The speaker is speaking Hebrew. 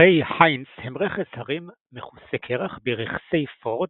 הרי היינס הם רכס הרים מכוסה קרח, ברכסי פורד,